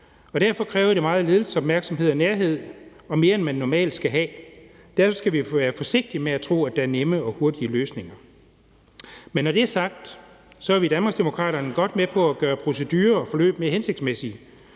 Derfor kræver det meget ledelsens opmærksomhed og nærhed – mere end man normalt skal have. Derfor skal vi være forsigtige med at tro, at der er nemme og hurtige løsninger. Når det er sagt, er vi i Danmarksdemokraterne godt med på at gøre procedurer og forløb mere hensigtsmæssige.